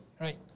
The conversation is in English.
Right